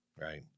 Right